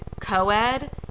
co-ed